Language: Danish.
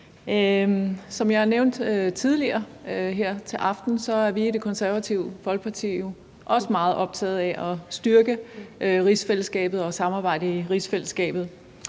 Som jeg nævnte tidligere her til aften, er vi i Det Konservative Folkeparti også meget optaget af at styrke rigsfællesskabet og samarbejdet i rigsfællesskabet.